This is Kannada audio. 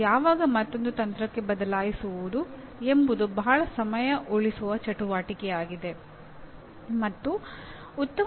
ನೀವು ಯಾವಾಗ ಮತ್ತೊಂದು ತಂತ್ರಕ್ಕೆ ಬದಲಾಯಿಸುವುದು ಎಂಬುದು ಬಹಳ ಸಮಯ ಉಳಿಸುವ ಚಟುವಟಿಕೆಯಾಗಿದೆ